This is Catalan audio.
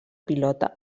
pilota